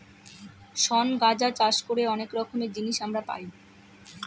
শন গাঁজা চাষ করে অনেক রকমের জিনিস আমরা পাই